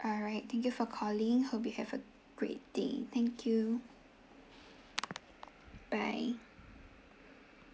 alright thank you for calling hope you have a great day thank you bye